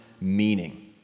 meaning